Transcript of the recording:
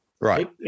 Right